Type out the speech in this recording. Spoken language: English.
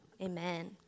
Amen